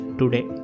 today